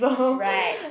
right